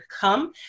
come